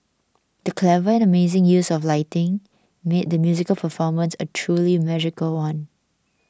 the clever and amazing use of lighting made the musical performance a truly magical one